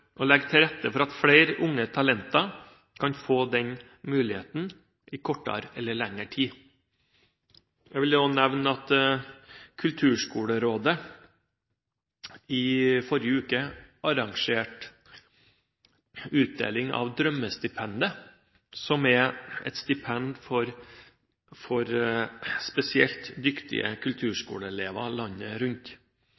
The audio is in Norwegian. å legge til rette for at flere unge talenter kan få den muligheten i kortere eller lengre tid. Jeg vil også nevne at Kulturskolerådet i forrige uke arrangerte utdeling av Drømmestipendet, som er et stipend for spesielt dyktige